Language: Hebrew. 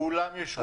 כולם ישבו כך.